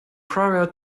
prior